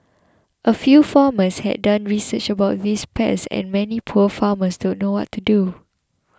a few farmers have done research about these pests and many poor farmers don't know what to do